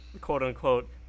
quote-unquote